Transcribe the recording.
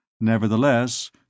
Nevertheless